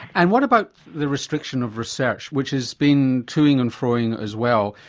and what about the restriction of research which has been toing and froing as well.